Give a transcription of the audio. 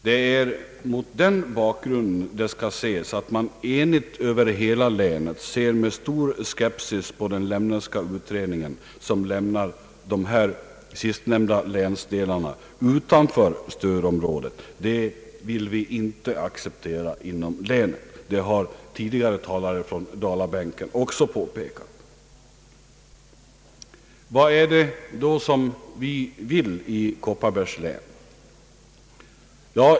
Det är mot den bakgrunden man inom hela länet enigt ser med stor skepsis på den Lemneska utredningen, som lämnar de sistnämnda länsdelarna utanför stödområdet. Det vill vi inom länet inte acceptera, det har tidigare talare från Dalabänken också påpekat. Vad är det då som vi vill i Kopparbergs län?